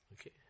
Okay